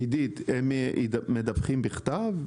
עידית, מדווחים בכתב?